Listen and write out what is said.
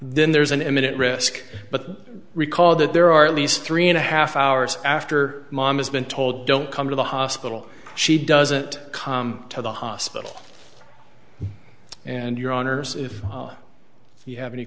then there's an imminent risk but recall that there are at least three and a half hours after mom has been told don't come to the hospital she doesn't come to the hospital and your h